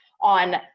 on